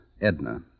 Edna